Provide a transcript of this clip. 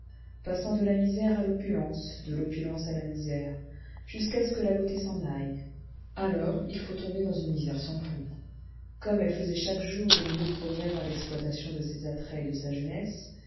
passant de la misère à l'opulence de l'opulence à la misère jusqu'à ce que la beauté s'en aille alors il faut tomber dans une misère sans fond comme elle faisait chaque jour de nouveaux progrès dans l'exploitation de ses attraits et de sa jeunesse